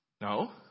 No